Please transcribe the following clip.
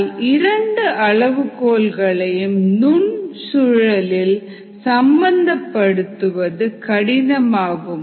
ஆனால் இரண்டு அளவுகோல்களையும் நுண் சூழலில் சமன்படுத்துவது கடினமாகும்